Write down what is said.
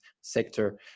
sector